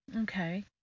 Okay